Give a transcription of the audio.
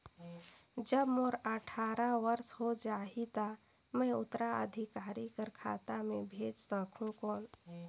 जब मोर अट्ठारह वर्ष हो जाहि ता मैं उत्तराधिकारी कर खाता मे भेज सकहुं कौन?